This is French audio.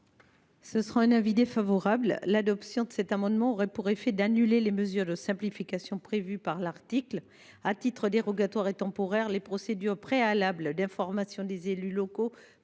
de la commission ? L’adoption de cet amendement aurait pour effet d’annuler les mesures de simplification figurant au présent article. À titre dérogatoire et temporaire, les procédures préalables d’information des élus locaux